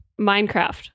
Minecraft